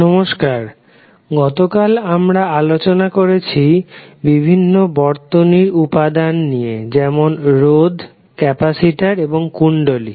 নমস্কার গতকাল আমরা আলোচনা করেছি বিভিন্ন বর্তনীর উপাদান নিয়ে যেমন রোধ ক্যাপাসিটর এবং কুণ্ডলী